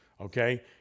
Okay